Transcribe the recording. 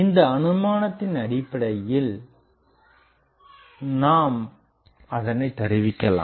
இந்த அனுமானத்தின் அடிப்படையில் அதனை நாம் தருவிக்கலாம்